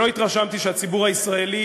שלא התרשמתי שהציבור הישראלי